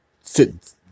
sit